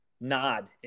nod